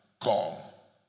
call